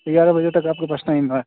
ग्यारह बजे तक आपके पास टाइम है